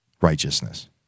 righteousness